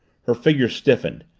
her figure stiffened.